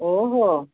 ओ हो